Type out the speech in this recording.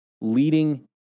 leading